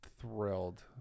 thrilled